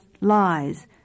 lies